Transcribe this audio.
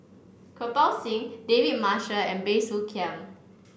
Kirpal Singh David Marshall and Bey Soo Khiang